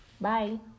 Bye